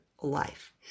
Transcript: life